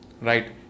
right